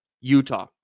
Utah